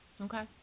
Okay